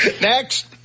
Next